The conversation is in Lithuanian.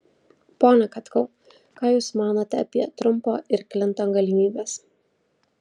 pone katkau ką jūs manote apie trumpo ir klinton galimybes